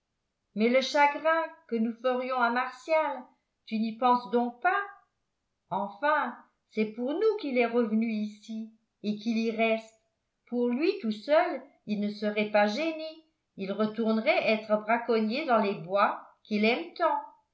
mais le chagrin que nous ferions à martial tu n'y penses donc pas enfin c'est pour nous qu'il est revenu ici et qu'il y reste pour lui tout seul il ne serait pas gêné il retournerait être braconnier dans les bois qu'il aime tant